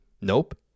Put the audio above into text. Nope